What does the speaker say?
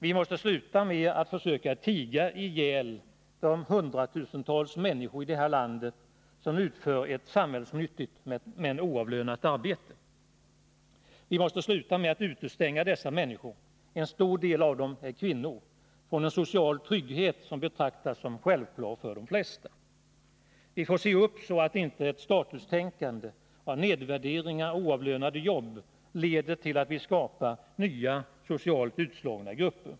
Vi måste sluta upp med att försöka tiga ihjäl de hundratusentals människor i det här landet som utför ett samhällsnyttigt men oavlönat arbete. Vi måste sluta upp med att utestänga dessa människor — en stor del av dem är kvinnor — från en social trygghet som av de flesta betraktas som självklar. Vi får se upp så att inte ett statustänkande och nedvärderingar av oavlönade jobb leder till att vi skapar nya socialt utslagna grupper.